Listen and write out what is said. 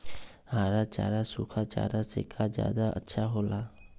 हरा चारा सूखा चारा से का ज्यादा अच्छा हो ला?